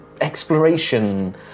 exploration